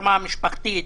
ברמה המשפחתית,